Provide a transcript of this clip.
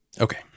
Okay